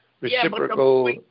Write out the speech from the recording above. reciprocal